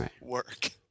work